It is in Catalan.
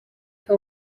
fer